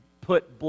put